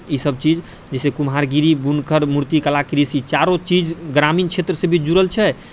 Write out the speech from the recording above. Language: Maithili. ई सभ चीज जैसे कुम्हारगिरी बुनकर मूर्तिकला कृषि ई चारो चीज ग्रामीण क्षेत्रसँ भी जुड़ल छै